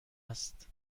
است